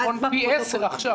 זה נכון פי עשרה עכשיו.